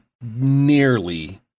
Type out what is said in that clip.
nearly